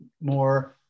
more